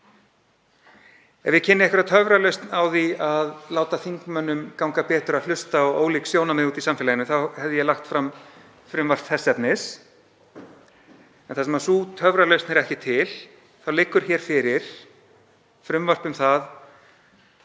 Ef ég kynni einhverja töfralausn á því að láta þingmönnum ganga betur að hlusta á ólík sjónarmið í samfélaginu þá hefði ég lagt fram frumvarp þess efnis. En þar sem sú töfralausn er ekki til þá liggur hér fyrir frumvarp um að